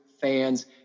fans